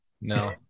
No